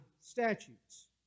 statutes